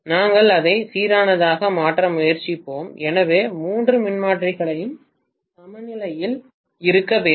நாங்கள் அதை சீரானதாக மாற்ற முயற்சிப்போம் எனவே மூன்று மின்மாற்றிகளும் சமநிலையில் இருக்க வேண்டும்